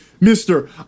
Mister